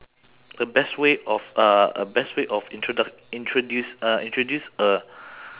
the best way of uh uh best way of introduc~ introduce uh introduce a